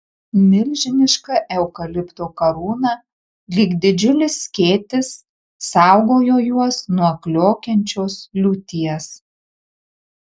milžiniška eukalipto karūna lyg didžiulis skėtis saugojo juos nuo kliokiančios liūties